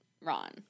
Ron